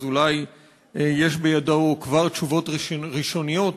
אולי יש בידו כבר תשובות ראשוניות